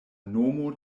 nomo